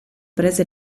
prese